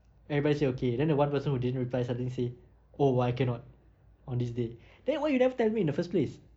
everybody say okay then the one person who didn't reply suddenly say oh I cannot on this day then why you never tell me in the first place